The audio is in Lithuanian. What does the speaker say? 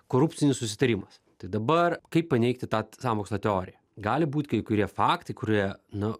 korupcinis susitarimas tai dabar kaip paneigti tą sąmokslo teoriją gali būt kai kurie faktai kurie nu